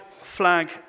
flag